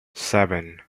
seven